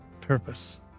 purpose